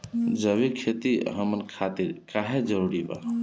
जैविक खेती हमन खातिर काहे जरूरी बा?